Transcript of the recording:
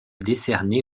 décernée